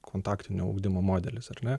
kontaktinio ugdymo modelis ar ne